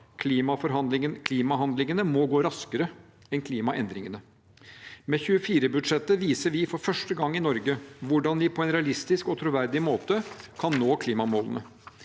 Klimahandlingene må gå raskere enn klimaendringene. Med 2024budsjettet viser vi for første gang i Norge hvordan vi på en realistisk og troverdig måte kan nå klimamålene.